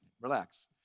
relax